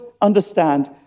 understand